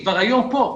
היא כבר היום פה,